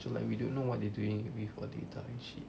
so like we don't know what we doing with our data and shit